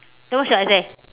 then what should I say